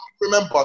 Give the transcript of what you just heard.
remember